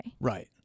Right